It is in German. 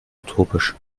utopisch